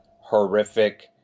horrific